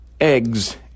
Eggs